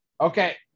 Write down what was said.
Okay